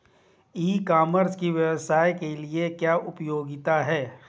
ई commerce की व्यवसाय के लिए क्या उपयोगिता है?